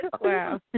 Wow